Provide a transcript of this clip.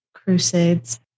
crusades